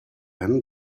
him